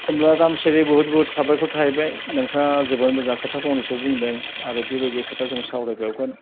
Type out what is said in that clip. होनब्ला रामसियारि बहुत बहुत साबायखर थाहैबाय नोंथाङा जोबोर मोजां खोथा फंनैसो बुंदों आरो बेबायदि खोथा जों सावरायबावगोन